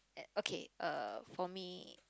okay uh for me